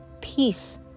peace